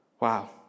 Wow